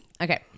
Okay